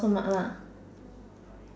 mark lah